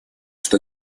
что